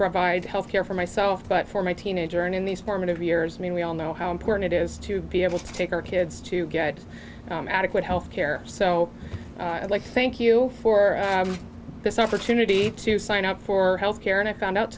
provide health care for myself but for my teenager and in these formative years i mean we all know how important it is to be able to take our kids to get adequate health care so i'd like to thank you for this opportunity to sign up for health care and i found out